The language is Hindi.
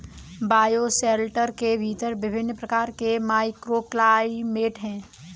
बायोशेल्टर के भीतर विभिन्न प्रकार के माइक्रोक्लाइमेट हैं